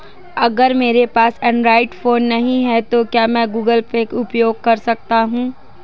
अगर मेरे पास एंड्रॉइड फोन नहीं है तो क्या मैं गूगल पे का उपयोग कर सकता हूं?